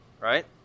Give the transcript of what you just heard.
Right